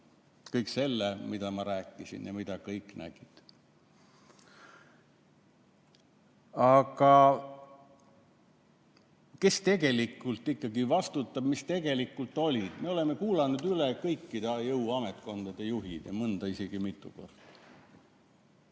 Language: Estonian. kõik see, mida ma rääkisin ja mida kõik nägid. Aga kes vastutab selle eest, mis tegelikult oli? Me oleme kuulanud üle kõikide jõuametkondade juhid, mõnda isegi mitu korda.